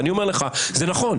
ואני אומר לך: זה נכון,